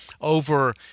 over